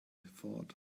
thought